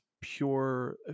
pure